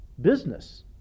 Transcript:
business